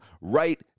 right